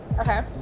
Okay